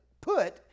put